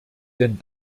denn